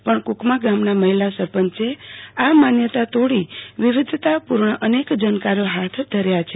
પણ કૂકમા ગામના મહિલા સરપંચે આ માન્યાતા તોડી વિવિધતા પૂર્ણ અનેક જનકાર્યો હાથ ધર્યા છે